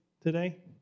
today